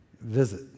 visit